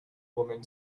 woman